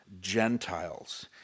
Gentiles